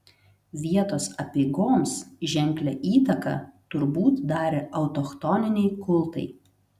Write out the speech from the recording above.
vietos apeigoms ženklią įtaką turbūt darė autochtoniniai kultai